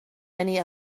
many